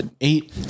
eight